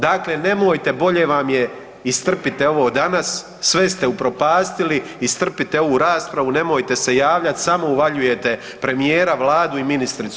Dakle, nemojte bolje vam je istrpite ovo danas, sve ste upropastili, istrpite ovu raspravu, nemojte se javljat samo uvaljujete premijera, vladu i ministricu.